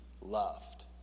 loved